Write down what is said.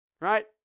right